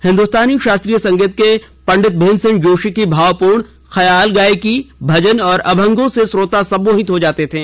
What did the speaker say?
हिंदुस्तानी शास्त्रीय संगीत के पंडित भीमसेन जोशी की भावपूर्ण ख्याल गायकी भजन और अभंगों से श्रोता सम्मोहित हो जाते थे